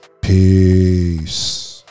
peace